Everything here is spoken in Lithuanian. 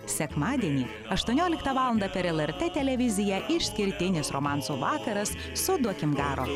sekmadienį aštuonioliktą valandą per lrt televiziją išskirtinės romansų vakaras su duokim garo